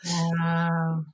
Wow